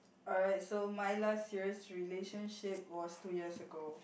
alright so my last serious relationship was two years ago